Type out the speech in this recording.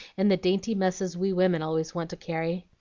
and the dainty messes we women always want to carry.